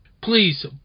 Please